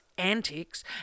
antics